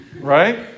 Right